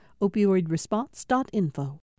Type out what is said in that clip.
Opioidresponse.info